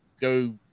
Go